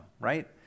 right